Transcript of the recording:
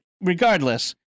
regardless